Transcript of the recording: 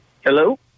Hello